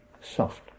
soft